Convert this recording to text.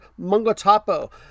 Mungotapo